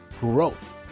growth